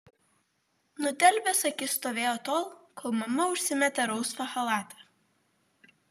nudelbęs akis stovėjo tol kol mama užsimetė rausvą chalatą